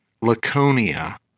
Laconia